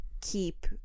keep